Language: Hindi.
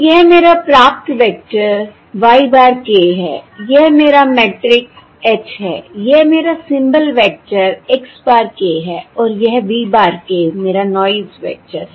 तो यह मेरा प्राप्त वेक्टर y bar k है यह मेरा मैट्रिक्स h है यह मेरा symbol vector x bar k है और यह v bar k मेरा नॉयस वेक्टर है